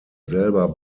selber